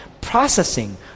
processing